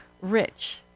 rich